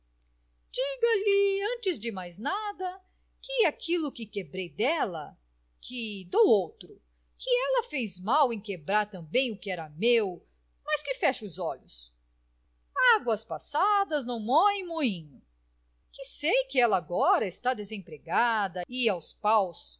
diga-lhe antes de mais nada que aquilo que quebrei dela que dou outro que ela fez mal em quebrar também o que era meu mas que fecho os olhos águas passadas não movem moinho que sei que ela agora está desempregada e aos paus